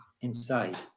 inside